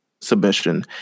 Submission